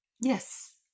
Yes